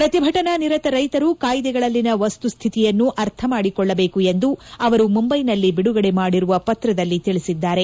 ಪ್ರತಿಭಟನಾ ನಿರತ ರೈತರು ಕಾಯ್ದೆಗಳಲ್ಲಿನ ವಸ್ತುಸ್ಥಿತಿಯನ್ನು ಅರ್ಥಮಾಡಿಕೊಳ್ಳಬೇಕು ಎಂದು ಅವರು ಮುಂಬೈನಲ್ಲಿ ಬಿಡುಗಡೆ ಮಾಡಿರುವ ಪತ್ರದಲ್ಲಿ ತಿಳಿಸಿದ್ದಾರೆ